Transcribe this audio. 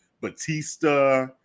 Batista